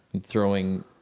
throwing